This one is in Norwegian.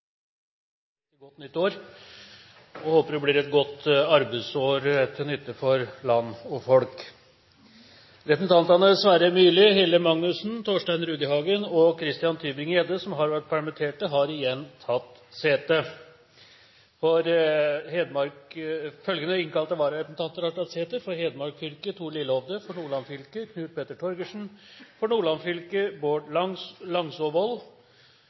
godt nytt år, og håper det blir et godt arbeidsår til nytte for land og folk. Representantene Sverre Myrli, Hilde Magnusson, Torstein Rudihagen og Christian Tybring-Gjedde, som har vært permittert, har igjen tatt sete. Følgende innkalte vararepresentanter har tatt sete: For Hedmark fylke: Thor Lillehovde For Nordland fylke: Knut Petter Torgersen For Nord-Trøndelag fylke: Bård